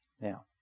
Now